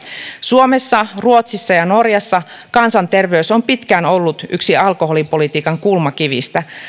suomessa ruotsissa ja norjassa kansanterveys on pitkään ollut yksi alkoholipolitiikan kulmakivistä